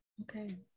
okay